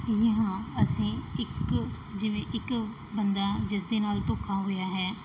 ਜਾਂ ਅਸੀਂ ਇੱਕ ਜਿਵੇਂ ਇੱਕ ਬੰਦਾ ਜਿਸ ਦੇ ਨਾਲ ਧੋਖਾ ਹੋਇਆ ਹੈ